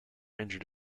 injured